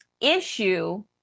issue